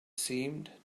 seemed